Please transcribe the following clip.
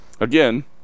Again